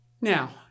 Now